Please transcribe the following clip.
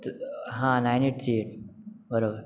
हां nine eight three eight बरोबर